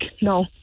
no